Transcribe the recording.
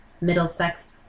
Middlesex